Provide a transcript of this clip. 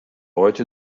heute